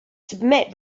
submit